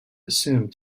assumed